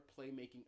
playmaking